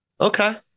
Okay